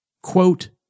Quote